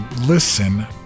listen